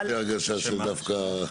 הייתה לי הרגשה שדווקא הפוך.